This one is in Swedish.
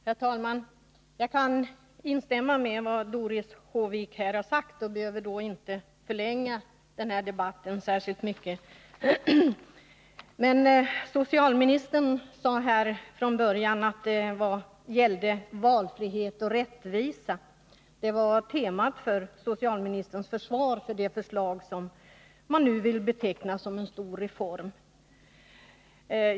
Herr talman! Jag kan instämma i vad Doris Håvik har sagt och behöver därför inte förlänga den här debatten särskilt mycket. Socialministern sade från början att reformen gällde valfrihet och rättvisa. Det var temat för socialministerns försvar för det förslag som man nu vill beteckna som en stor reform.